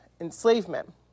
enslavement